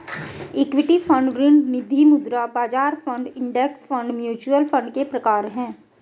equity fund ऋण निधिमुद्रा बाजार fund index fund mutual fund के प्रकार हैं